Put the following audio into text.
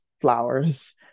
flowers